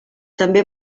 també